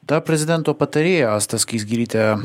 ta prezidento patarėja asta skaisgirytė